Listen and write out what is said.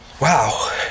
Wow